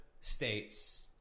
states